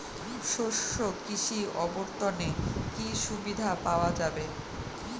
শস্য কৃষি অবর্তনে কি সুবিধা পাওয়া যাবে?